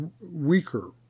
weaker